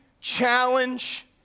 challenge